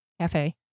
Cafe